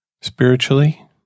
spiritually